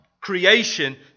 creation